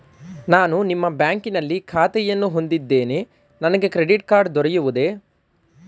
ನಾನು ನಿಮ್ಮ ಬ್ಯಾಂಕಿನಲ್ಲಿ ಖಾತೆಯನ್ನು ಹೊಂದಿದ್ದೇನೆ ನನಗೆ ಕ್ರೆಡಿಟ್ ಕಾರ್ಡ್ ದೊರೆಯುವುದೇ?